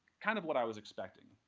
kind of what i was expecting,